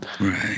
Right